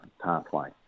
pathway